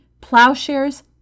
Plowshares